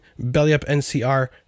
BellyUpNCR